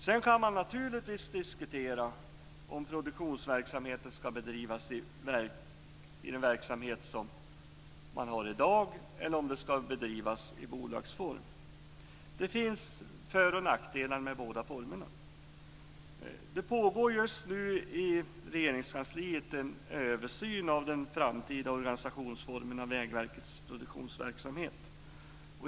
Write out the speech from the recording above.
Sedan kan man naturligtvis diskutera om produktionsverksamheten ska bedrivas som i dag eller i bolagsform. Det finns för och nackdelar med båda verksamhetsformerna. Det pågår just nu inom Regeringskansliet en översyn av den framtida organisationsformen för Vägverkets produktionsverksamhet.